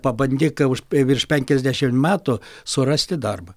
pabandyk už p virš penkiasdešim metų surasti darbą